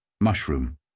mushroom